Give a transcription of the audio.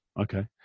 okay